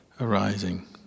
arising